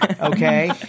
Okay